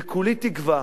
וכולי תקווה,